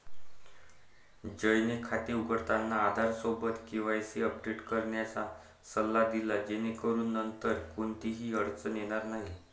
जयने खाते उघडताना आधारसोबत केवायसी अपडेट करण्याचा सल्ला दिला जेणेकरून नंतर कोणतीही अडचण येणार नाही